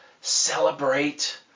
celebrate